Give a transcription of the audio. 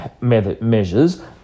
measures